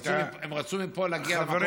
הם רוצים מפה להגיע למקום אחר.